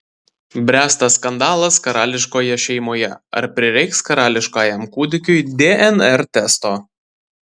bręsta skandalas karališkoje šeimoje ar prireiks karališkajam kūdikiui dnr testo